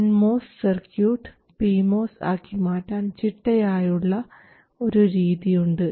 N MOS circuit P MOS ആക്കി മാറ്റാൻ ചിട്ടയായുള്ള ഒരു രീതിയുണ്ട്